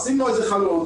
שים לו איזה חלון,